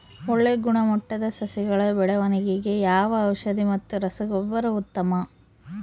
ಒಳ್ಳೆ ಗುಣಮಟ್ಟದ ಸಸಿಗಳ ಬೆಳವಣೆಗೆಗೆ ಯಾವ ಔಷಧಿ ಮತ್ತು ರಸಗೊಬ್ಬರ ಉತ್ತಮ?